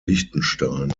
liechtenstein